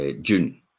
June